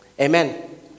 Amen